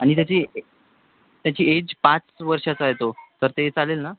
आणि त्याची ए त्याची एज पाच वर्षाचा आहे तो तर ते चालेल ना